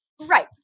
Right